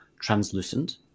translucent